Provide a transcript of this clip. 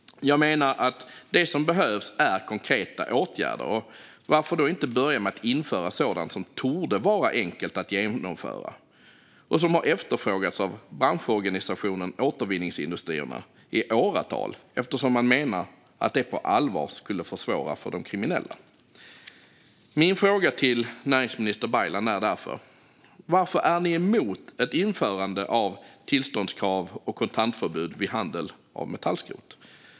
Jag menar att det som behövs är konkreta åtgärder. Varför då inte börja med att införa sådant som torde vara enkelt att genomföra och som har efterfrågats av branschorganisationen Återvinningsindustrierna i åratal eftersom man menar att det på allvar skulle försvåra för de kriminella? Min fråga till näringsminister Baylan är därför: Varför är ni emot ett införande av tillståndskrav och kontantförbud vid handel med metallskrot?